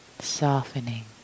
softening